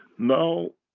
now